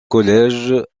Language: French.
collège